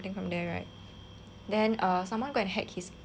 then err someone go and hack his err I think bank account